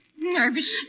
Nervous